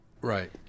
Right